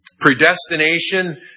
Predestination